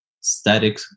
static